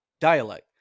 dialect